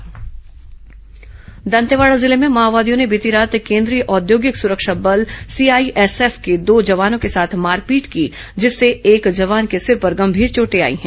माओवादी जवान मारपीट दंतेवाड़ा जिले में माओवादियों ने बीती रात केंद्रीय औद्योगिक सुरक्षा बल सीआईएसएफ के दो जवानों के साथ मारपीट की जिससे एक जवान के सिर पर गंभीर चोटे आई हैं